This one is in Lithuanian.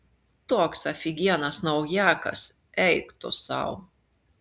toks afigienas naujakas eik tu sau